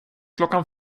klockan